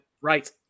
Right